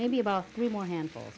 maybe about three more handful